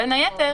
בין היתר,